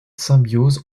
symbiose